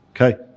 Okay